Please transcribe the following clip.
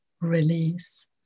release